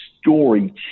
story